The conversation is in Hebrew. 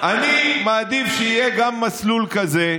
אני מעדיף שיהיה גם מסלול כזה,